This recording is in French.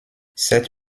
cette